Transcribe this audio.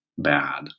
bad